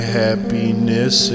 happiness